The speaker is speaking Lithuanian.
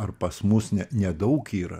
ar pas mus ne nedaug yra